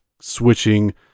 switching